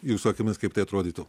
jūsų akimis kaip tai atrodytų